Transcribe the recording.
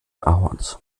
ahorns